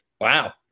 Wow